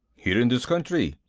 here in this country,